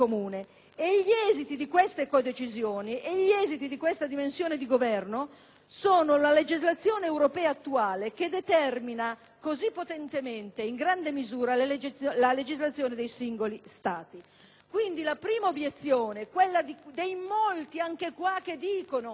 sono la legislazione europea attuale che determina, così potentemente e in grande misura, la legislazione dei singoli Stati. Quindi, la prima obiezione dei molti che, anche in questa sede, dicono no alla soglia, perché un Parlamento che rappresenta è sufficiente, è un'obiezione storicamente